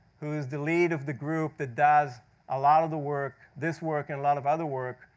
who's the lead of the group that does a lot of the work, this work and a lot of other work,